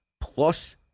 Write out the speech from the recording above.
plus